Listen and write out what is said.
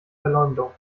verleumdung